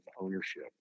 ownership